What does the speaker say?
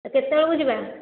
କେତେବେଳକୁ ଯିବା